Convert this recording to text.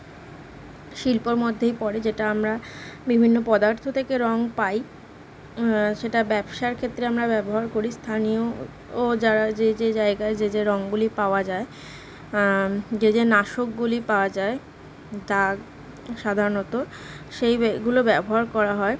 শিল্পর মধ্যেই পড়ে যেটা আমরা বিভিন্ন পদার্থ থেকে রঙ পাই সেটা ব্যবসার ক্ষেত্রে আমরা ব্যবহার করি স্থানীয় ও যারা যে যে জায়গায় যে যে রঙগুলি পাওয়া যায় যে যে নাশকগুলি পাওয়া যায় দাগ সাধারণত সেই বে গুলো ব্যবহার করা হয়